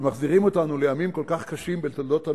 שמחזירים אותנו לימים כל כך קשים בתולדות עמנו,